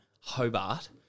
Hobart